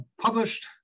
published